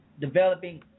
developing